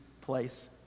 place